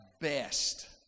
best